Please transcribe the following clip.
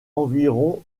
environ